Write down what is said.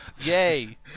yay